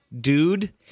dude